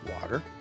water